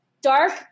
Dark